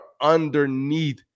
underneath